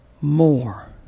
more